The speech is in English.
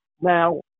now